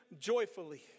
joyfully